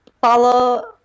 follow